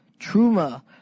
Truma